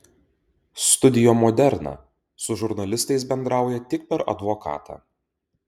studio moderna su žurnalistais bendrauja tik per advokatą